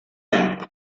thing